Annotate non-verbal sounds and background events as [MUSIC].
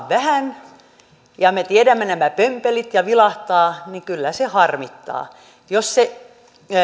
[UNINTELLIGIBLE] vähän ja me tiedämme nämä pömpelit vilahtaa niin kyllä se harmittaa jos se